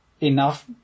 enough